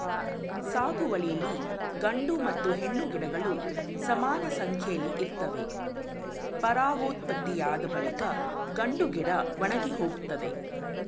ಸಾಗುವಳಿಲಿ ಗಂಡು ಮತ್ತು ಹೆಣ್ಣು ಗಿಡಗಳು ಸಮಾನಸಂಖ್ಯೆಲಿ ಇರ್ತವೆ ಪರಾಗೋತ್ಪತ್ತಿಯಾದ ಬಳಿಕ ಗಂಡುಗಿಡ ಒಣಗಿಹೋಗ್ತದೆ